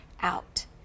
out